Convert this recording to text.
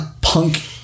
punk